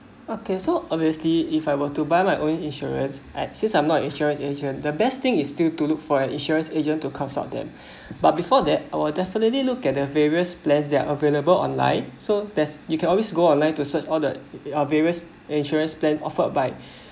okay so obviously if I were to buy my own insurance at since I'm not insurance agent the best thing is still to look for an insurance agent to consult them but before that I will definitely look at the various plans they're available online so there's you can always go online to search all the various insurance plan offered by